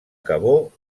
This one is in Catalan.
cabó